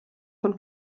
von